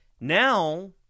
Now